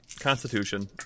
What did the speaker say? Constitution